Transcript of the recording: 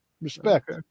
Respect